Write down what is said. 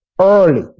Early